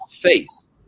face